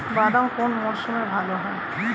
বাদাম কোন মরশুমে ভাল হয়?